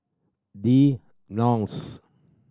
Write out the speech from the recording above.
The Knolls